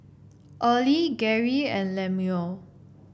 Early Geri and Lemuel